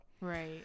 Right